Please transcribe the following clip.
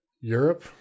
Europe